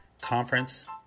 conference